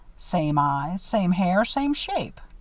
same eyes, same hair, same shape